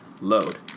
load